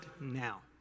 now